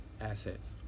assets